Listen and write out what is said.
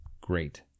great